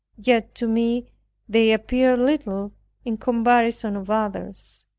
yet to me they appeared little in comparison of others.